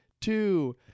two